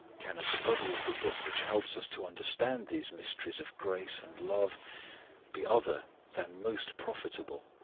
can a study of the book which helps us to understand these mysteries of grace and love be other than most profitable?